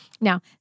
Now